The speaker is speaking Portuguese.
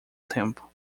tempo